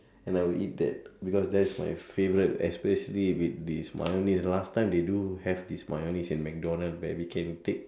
and I would eat that because that is my favourite especially if it is mayonnaise last time they do have this mayonnaise in McDonalds where we can take